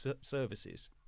services